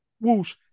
whoosh